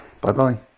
Bye-bye